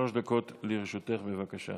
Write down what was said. שלוש דקות לרשותך, בבקשה.